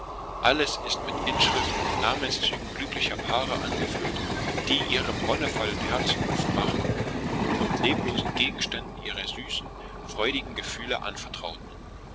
alles ist mit inschriften und namenszügen glücklicher paare angefüllt die ihrem wonnevollen herzen luft machten und leblosen gegenständen ihre süßen freudigen gefühle anvertrauten